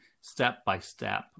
step-by-step